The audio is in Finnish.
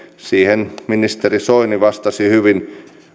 siihen ministeri soini vastasi hyvin